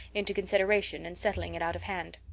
into consideration and settling it out of hand.